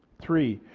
three.